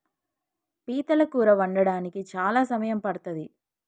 పీతల కూర వండడానికి చాలా సమయం పడ్తది